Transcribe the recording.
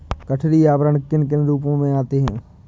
गठरी आवरण किन किन रूपों में आते हैं?